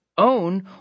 own